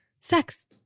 Sex